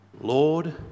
Lord